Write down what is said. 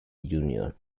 union